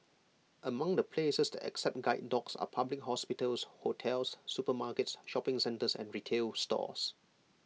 among the places that accept guide dogs are public hospitals hotels supermarkets shopping centres and retail stores